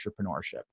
entrepreneurship